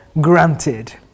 granted